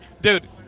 Dude